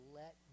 let